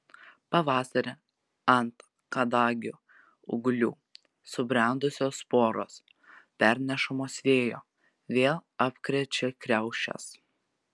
pavasarį ant kadagių ūglių subrendusios sporos pernešamos vėjo vėl apkrečia kriaušes